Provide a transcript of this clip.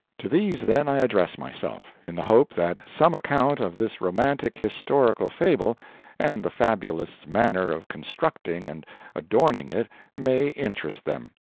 to these, then, i address myself, in the hope that some account of this romantic historical fable and the fabulist's manner of constructing and adorning it may interest them.